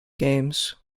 games